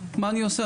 מה אני עושה,